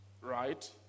right